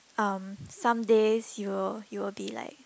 um some days you you will be like